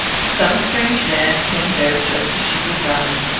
some strange man came there just as she was dying.